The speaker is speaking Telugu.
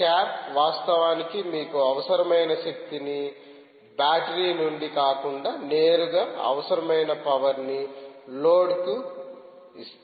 క్యాప్వాస్తవానికి మీకు అవసరమైన శక్తిని బ్యాటరీ నుండి కాకుండా నేరుగా అవసరమైన పవర్ ని లోడ్ కి ఇస్తుంది